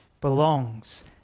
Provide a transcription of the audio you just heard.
belongs